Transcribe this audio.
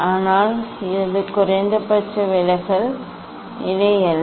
ஆனால் அது குறைந்தபட்ச விலகல் நிலை அல்ல